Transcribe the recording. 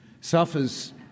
suffers